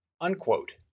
unquote